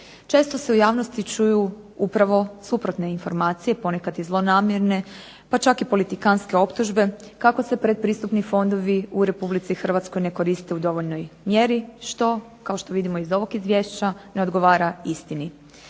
Često se u javnosti čuju upravo suprotne informacije, ponekad i zlonamjerne, pa čak i politikantske optužbe, kako se pretpristupni fondovi u Republici Hrvatskoj ne koriste u dovoljnoj mjeri, što kao što vidimo iz ovog izvješća ne odgovara istini.